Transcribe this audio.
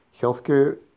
healthcare